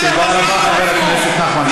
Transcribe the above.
הוא טרוריסט בעצמו.